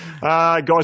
guys